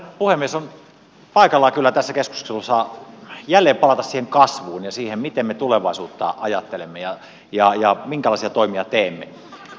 on paikallaan kyllä tässä keskustelussa jälleen palata kasvuun ja siihen miten me tulevaisuutta ajattelemme ja minkälaisia toimia teemme